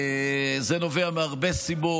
זה נובע מהרבה סיבות,